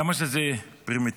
כמה שזה פרימיטיבי,